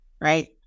right